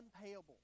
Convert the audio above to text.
unpayable